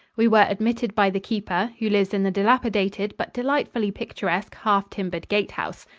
we were admitted by the keeper, who lives in the dilapidated but delightfully picturesque half-timbered gatehouse.